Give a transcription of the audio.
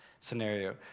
scenario